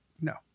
no